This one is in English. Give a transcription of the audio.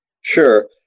Sure